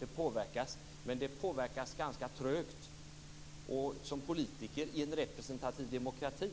Det påverkas, men det påverkas ganska trögt. Som politiker i en representativ demokrati